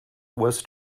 was